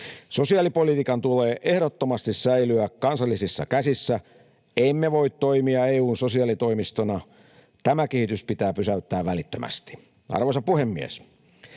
Sosiaalipolitiikan tulee ehdottomasti säilyä kansallisissa käsissä. Emme voi toimia EU:n sosiaalitoimistona. Tämä kehitys pitää pysäyttää välittömästi. Arvoisa puhemies!